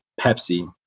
Pepsi